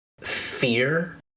fear